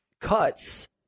cuts